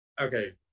Okay